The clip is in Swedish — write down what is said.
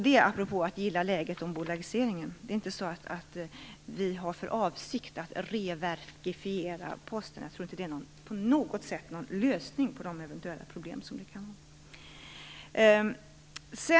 Detta är sagt apropå att gilla läget om bolagiseringen. Det är inte så att vi har för avsikt att "reverkifiera" Posten. Jag tror inte att det på något sätt är en lösning på de eventuella problem som kan finnas.